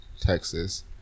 Texas